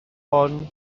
hon